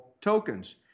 tokens